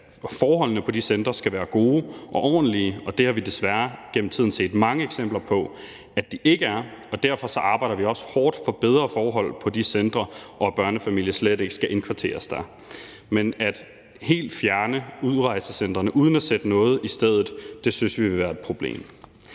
forholdene på de centre skal være gode og ordentlige, og det har vi desværre igennem tiden set mange eksempler på at de ikke er. Og derfor arbejder vi også hårdt for bedre forhold på de centre og for, at børnefamilier slet ikke skal indkvarteres der. Men helt at fjerne udrejsecentrene uden at sætte noget i stedet synes vi vil være et problem.